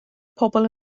pobl